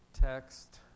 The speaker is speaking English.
text